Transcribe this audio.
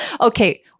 Okay